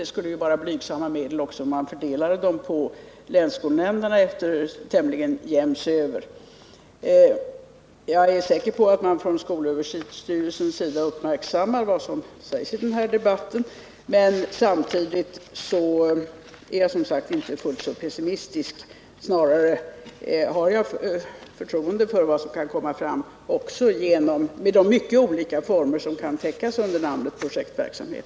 Det skulle vara blygsamma medel också om man fördelade dem jäms över på länsskolnämnderna. Jag är säker på att SÖ uppmärksammar vad som sägs i den här debatten. Men samtidigt är jag, som sagt, inte fullt så pessimistisk som Evert Svensson. Snarare har jag tilltro till vad som kan komma fram genom den verksamhet i mycket olika former som täcks av ordet projektverksamhet.